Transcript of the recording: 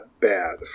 bad